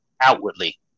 outwardly